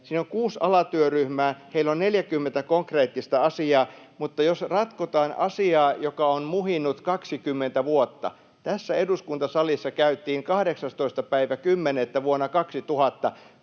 Siinä on kuusi alatyöryhmää, ja heillä on 40 konkreettista asiaa, mutta me ratkotaan asiaa, joka on muhinut 20 vuotta. Tässä eduskuntasalissa käytiin 18.10. vuonna 2000